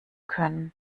können